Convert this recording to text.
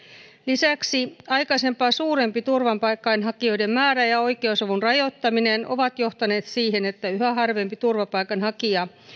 lisäksi aikaisempaa suurempi turvapaikanhakijoiden määrä ja oikeusavun rajoittaminen ovat johtaneet siihen että yhä harvempi turvapaikanhakija